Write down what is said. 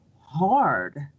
hard